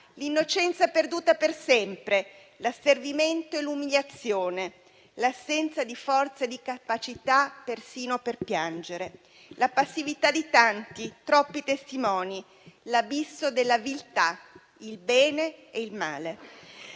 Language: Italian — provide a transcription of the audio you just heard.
l'innocenza perduta per sempre, l'asservimento e l'umiliazione, l'assenza di forza e di capacità persino per piangere; la passività di tanti, troppi testimoni, l'abisso della viltà, il bene e il male.